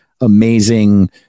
amazing